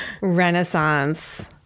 Renaissance